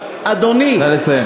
אדוני, אדוני, נא לסיים.